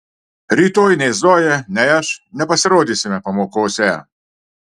rytoj nei zoja nei aš nepasirodysime pamokose